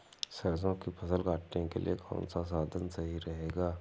सरसो की फसल काटने के लिए कौन सा साधन सही रहेगा?